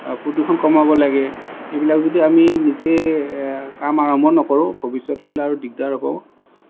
প্ৰদূষণ কমাব লাগে এইবিলাক যদি আমি নিজে কাম আৰম্ভ নকৰোঁ ভৱিষ্যতলৈ আৰু দিগদাৰ হ'ব